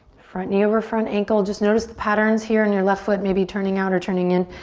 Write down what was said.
front knee over front ankle. just notice the patterns here in your left foot, maybe turning out or turning in.